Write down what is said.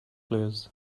blues